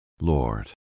Lord